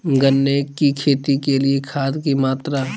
गन्ने की खेती के लिए खाद की मात्रा?